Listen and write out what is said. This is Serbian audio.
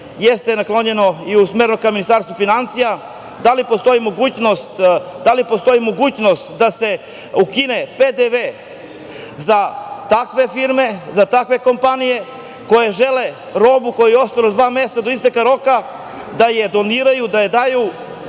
jeste naklonjeno i usmereno ka Ministarstvu finansija, da li postoji mogućnost da se ukine PDV za takve firme, za takve kompanije, koje žele robu kojoj je ostalo još dva meseca do isteka roka, da je doniraju, da je daju